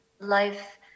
life